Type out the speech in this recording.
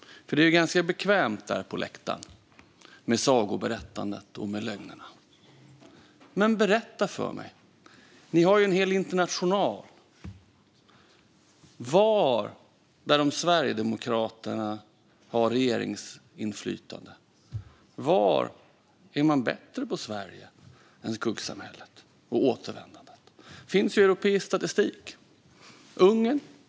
Det är ju ganska bekvämt där på läktaren med sagoberättandet och lögnerna. Men berätta för mig! Ni har ju en hel international. Var, där Sverigedemokraterna har regeringsinflytande, är man bättre än Sverige när det gäller skuggsamhället och återvändandet? Det finns europeisk statistik.